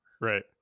right